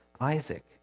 Isaac